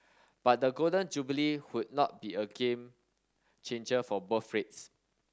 but the Golden Jubilee would not be a game changer for birth rates